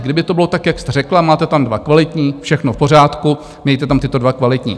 Kdyby to bylo tak, jak jste řekla, máte tam dva kvalitní, všechno v pořádku, mějte tam tyto dva kvalitní.